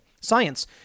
science